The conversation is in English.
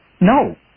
No